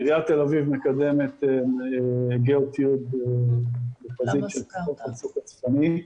עיריית תל אביב מקדמת גיאוטיוב בחזית של חוף הצוק הצפוני.